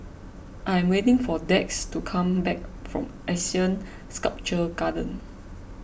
I am waiting for Dax to come back from Asean Sculpture Garden